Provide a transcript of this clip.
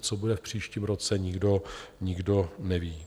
Co bude v příštím roce nikdo, nikdo neví.